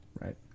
Right